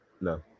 no